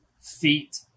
feet